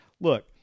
Look